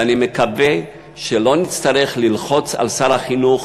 ואני מקווה שלא נצטרך ללחוץ על שר החינוך